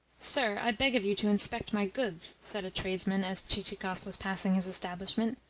sir, i beg of you to inspect my goods, said a tradesman as chichikov was passing his establishment.